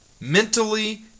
mentally